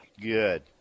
Good